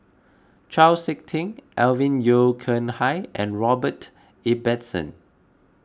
Chau Sik Ting Alvin Yeo Khirn Hai and Robert Ibbetson